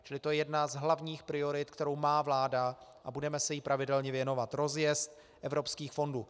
Čili to je jedna z hlavních priorit, kterou má vláda, a budeme se jí pravidelně věnovat rozjezd evropských fondů.